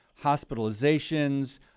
hospitalizations